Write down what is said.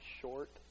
short